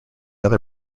other